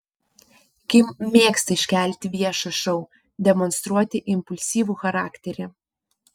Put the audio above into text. kim mėgsta iškelti viešą šou demonstruoti impulsyvų charakterį